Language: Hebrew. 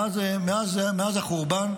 מאז החורבן,